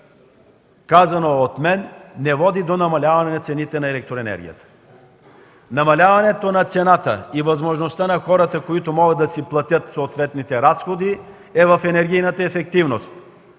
казано дотук от мен не води до намаляване на цените на електроенергията. Намаляването на цената и възможността на хората, които могат да си платят съответните разходи, е в енергийната ефективност.